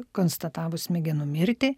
konstatavus smegenų mirtį